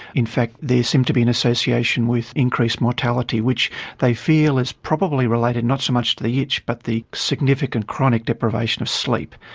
in fact there seemed to be an association with increased mortality, which they feel is probably related not so much to the itch but the significant chronic deprivation of sleep,